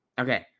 okay